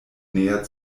näher